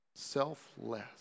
selfless